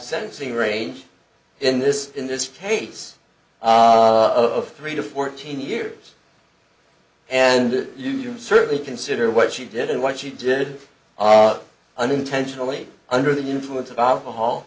sentencing range in this in this case of three to fourteen years and you certainly consider what she did and what she did unintentionally under the influence of alcohol